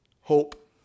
hope